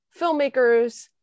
filmmakers